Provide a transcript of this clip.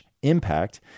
Impact